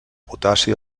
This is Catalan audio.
potassi